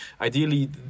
ideally